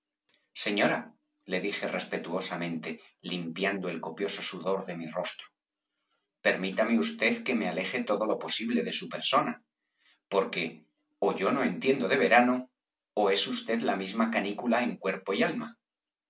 señora le dije respetuosamente limpiando el copioso sudor de mi rostro permítame usted que me aleje todo lo posible de su persona porque ó yo no entiendo de verano ó es usted la misma canícula en cuerpo y alma